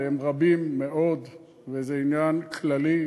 הם רבים מאוד וזה עניין כללי,